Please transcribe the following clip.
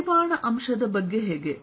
ಪರಿಮಾಣ ಅಂಶದ ಬಗ್ಗೆ ಹೇಗೆ